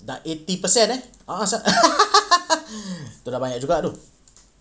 dah eighty percent eh a'ah sia tu dah banyak juga tu